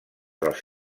dels